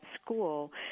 school